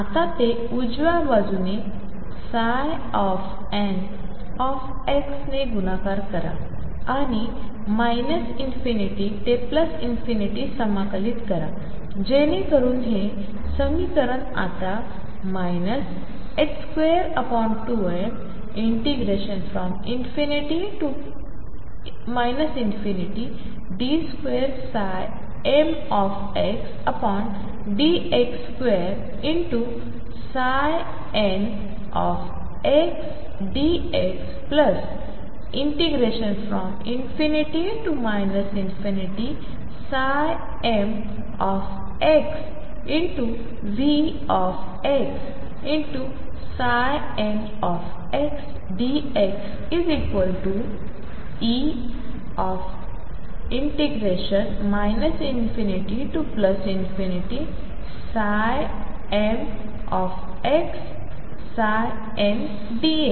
आता ते उजव्या बाजूने n ने गुणाकार करा आणि ∞ ते समाकलित करा जेणेकरून हे समीकरण आता 22m ∞d2mdx2ndx ∞mVxndxEm ∞mndx